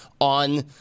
on